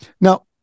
now